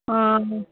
ஆ ஆமாம்